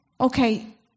Okay